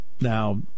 Now